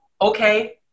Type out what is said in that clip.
okay